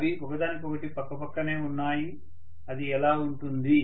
అవి ఒకదానికొకటి పక్కనే ఉన్నాయి అది ఎలా ఉంటుంది